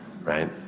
right